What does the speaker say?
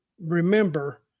remember